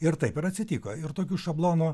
ir taip ir atsitiko ir tokiu šablonu